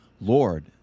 Lord